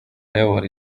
ayobora